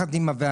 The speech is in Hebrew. ביחד עם הוועדה,